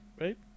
right